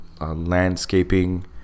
landscaping